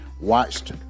watched